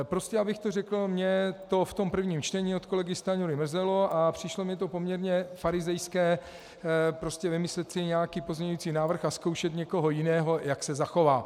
Prostě abych to řekl mně to v tom prvním čtení od kolegy Stanjury mrzelo a přišlo mi to poměrně farizejské vymyslet si nějaký pozměňující návrh a zkoušet někoho jiného, jak se zachová.